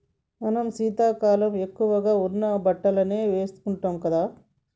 మనం శీతాకాలం ఎక్కువగా ఉన్ని బట్టలనే వేసుకుంటాం కదా